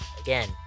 again